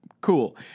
Cool